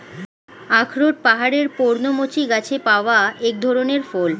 আখরোট পাহাড়ের পর্ণমোচী গাছে পাওয়া এক ধরনের ফল